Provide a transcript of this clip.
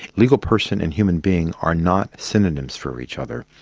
legal person and human being are not synonyms for each other.